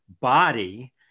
body